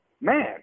man